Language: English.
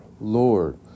Lord